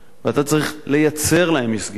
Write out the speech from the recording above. ואתה צריך לייצר להם מסגרת.